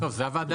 אמרתי